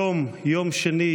היום יום שני,